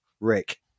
Rick